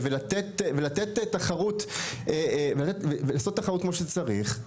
ולעשות תחרות כמו שצריך,